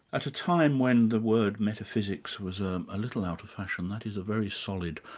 at a time when the word metaphysics was ah a little out of fashion, that is a very solid,